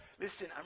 Listen